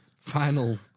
Final